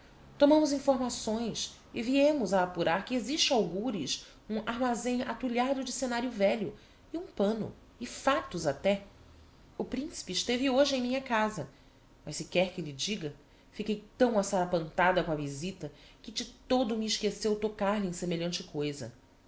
tomámos informações e viémos a apurar que existe algures um armazem atulhado de scenario velho e um panno e fatos até o principe esteve hoje em minha casa mas se quer que lhe diga fiquei tão assarapantada com a visita que de todo me esqueceu tocar-lhe em semelhante coisa